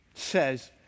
says